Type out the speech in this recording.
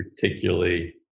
particularly